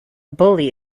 bully